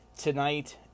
tonight